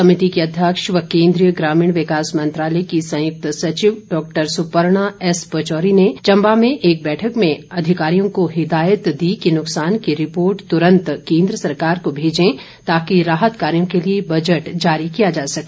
समिति की अध्यक्ष व केन्द्रीय ग्रामीण विकास मंत्रालय की संयक्त सचिव डॉक्टर सुपर्णा एस पचौरी ने चम्बा में एक बैठक में अधिकारियों को हिदायत दी गई कि नुकसान की रिपोर्ट तूरंत केन्द्र सरकार को भेजें ताकि राहत कार्यों के लिए बजट जारी किया जा सके